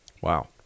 Wow